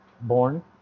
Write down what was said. born